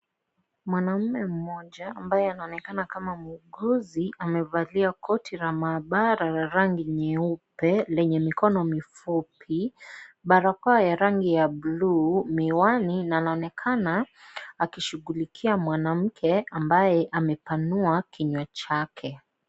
Mwanaume mmoja ambaye anaonekana kama muguzi, amevalia koti la mahabara la rangi nyeupe lenye mikono mifupi, barakoa ya rangi ya bluu, miwani na anaonekana akishugulikia mwanamke ambaye amepanua kinywa chake.